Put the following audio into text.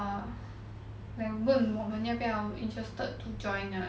like 问我们要不要 interested to join lah